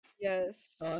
Yes